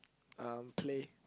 um play